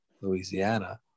Louisiana